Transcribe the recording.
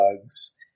bugs